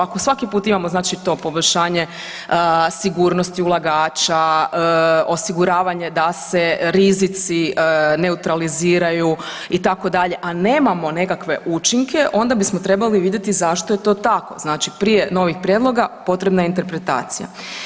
Ako svaki put imamo to poboljšanje sigurnosti ulagača, osiguravanje da se rizici neutraliziraju itd., a nemamo nekakve učinke onda bismo trebali vidjeti zašto je to tako, znači prije novih prijedloga potrebna je interpretacija.